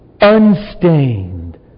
unstained